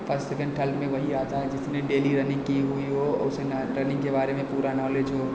first second third में वही आता है जिसने डेली रनिंग की हुई हो और उसे ना रनिंग के बारे में पूरा नालेज हो